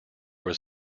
was